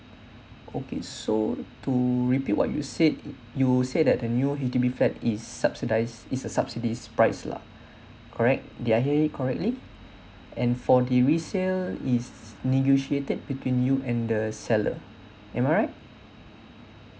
okay so to repeat what you said you you say that the new H_D_B flat is subsidised it's a subsidies price lah correct did I hear it correctly and for the resale is negotiated between you and the seller am I right